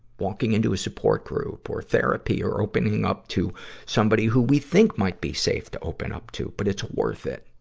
walking into a support group or therapy or opening up to somebody who we think might be safe to open up to. but it's worth it.